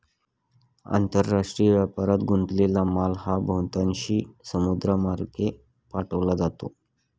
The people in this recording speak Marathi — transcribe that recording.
आंतरराष्ट्रीय व्यापारात गुंतलेला माल हा बहुतांशी समुद्रमार्गे पाठवला जातो